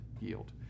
yield